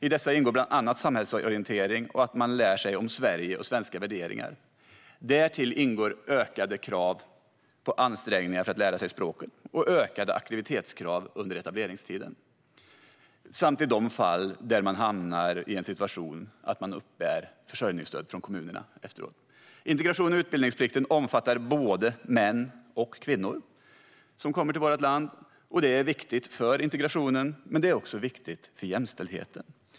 I dessa ingår bland annat samhällsorientering och att man lär sig om Sverige och svenska värderingar. Därtill ingår ökade krav på ansträngningar för att lära sig språket och ökade aktivitetskrav under etableringstiden samt även, i de fall det händer, när man hamnar i en situation där man uppbär försörjningsstöd från kommunerna efteråt. Integrations och utbildningsplikten omfattar både män och kvinnor som kommer till vårt land. Det är viktigt för integrationen, men det är också viktigt för jämställdheten.